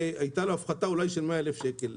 שהייתה לו הפחתה אולי של 100,000 שקל.